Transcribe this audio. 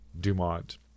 Dumont